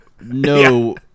no